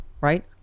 right